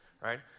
Right